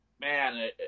man